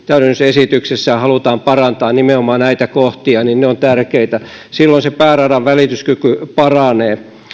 täydennysesityksessä tehty halutaan parantaa nimenomaan näitä kohtia ne ovat tärkeitä silloin se pääradan välityskyky paranee